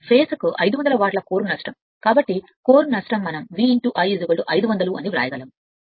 ఫేస్కు 500 వాట్ల కోర్ నష్టం కాబట్టి కోర్ నష్టం మనం V I 500 అని వ్రాయగలము